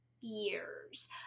years